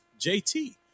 JT